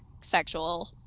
sexual